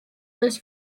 this